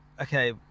okay